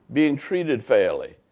being treated fairly.